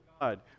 God